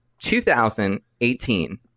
2018